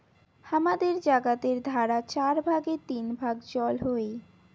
হামাদের জাগাতের ধারা চার ভাগের তিন ভাগ জল হই